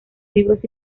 libros